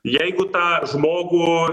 jeigu tą žmogų